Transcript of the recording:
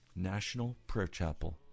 nationalprayerchapel